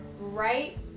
Right